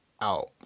out